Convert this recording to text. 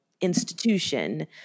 institution